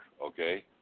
okay